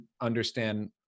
understand